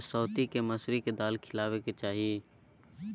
परसौती केँ मसुरीक दालि खेबाक चाही